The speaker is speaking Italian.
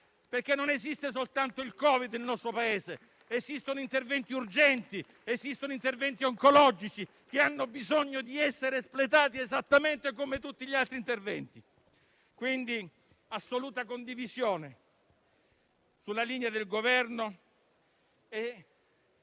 perché non esiste soltanto il covid nel nostro Paese, ma anche interventi urgenti e interventi oncologici hanno bisogno di essere espletati esattamente come tutti gli altri. C'è assoluta condivisione sulla linea del Governo.